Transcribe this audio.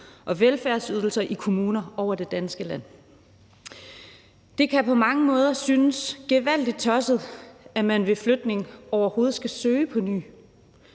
og velfærdsydelser i kommuner over det ganske land. Det kan på mange måder synes gevaldig tosset, at man ved flytning overhovedet skal søge på ny,